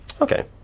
Okay